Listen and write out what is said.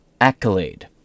accolade